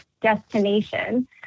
destination